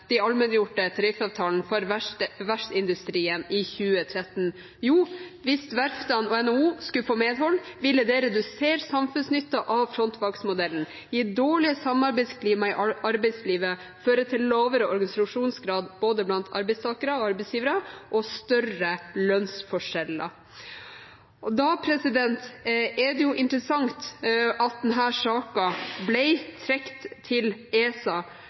de allmenngjorte tariffavtalene for verftsindustrien i 2013. Jo, hvis verftene og NHO skulle få medhold, ville det redusere samfunnsnytten av frontfagsmodellen, gi dårlig samarbeidsklima i arbeidslivet, føre til lavere organisasjonsgrad blant både arbeidstakere og arbeidsgivere og større lønnsforskjeller. Da er det interessant at denne saken ble trukket til ESA,